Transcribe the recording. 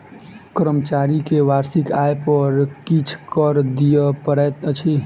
कर्मचारी के वार्षिक आय पर किछ कर दिअ पड़ैत अछि